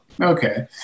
okay